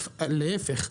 להיפך,